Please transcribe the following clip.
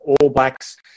all-blacks